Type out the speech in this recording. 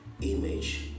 image